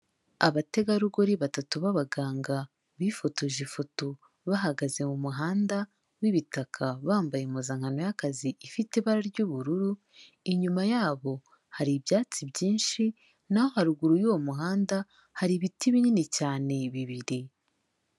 Abategarugori batatu b'abaganga bifotoje ifoto bahagaze mu muhanda w'ibitaka bambaye impuzankano y'akazi ifite ibara ry'ubururu, inyuma yabo hari ibyatsi byinshi, naho haruguru y'uwo muhanda hari ibiti binini cyane bibiri.